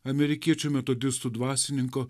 amerikiečių metodistų dvasininko